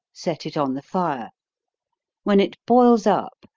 set it on the fire when it boils up,